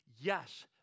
Yes